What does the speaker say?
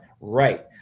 right